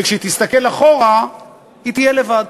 וכשהיא תסתכל אחורה היא תהיה לבד?